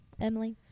Emily